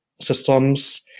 systems